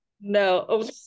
No